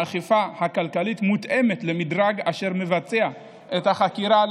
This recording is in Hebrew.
האכיפה הכלכלית מותאמת למדרג אשר מבצע את החקירה.